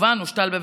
שכמובן הושתל בביתו.